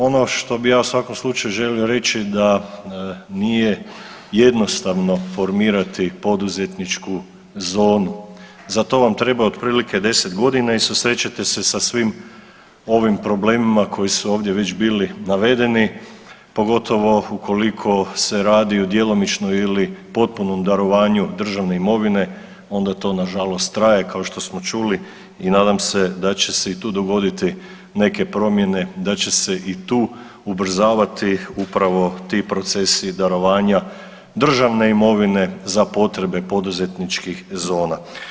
Ono što bi ja u svakom slučaju želio reći da nije jednostavno formirati poduzetničku zonu, za to vam treba otprilike 10.g. i susrećete se sa svim ovim problemima koji su ovdje već bili navedeni, pogotovo ukoliko se radi o djelomičnom ili potpunom darovanju državne imovine, onda je to nažalost traje, kao što smo čuli i nadam se da će se i tu dogoditi neke promjene, da će se i tu ubrzavati upravo ti procesi darovanja državne imovine za potrebe poduzetničkih zona.